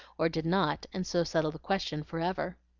or did not, and so settle the question forever.